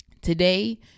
Today